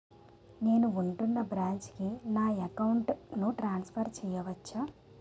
నేను ఉంటున్న బ్రాంచికి నా అకౌంట్ ను ట్రాన్సఫర్ చేయవచ్చా?